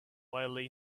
wildly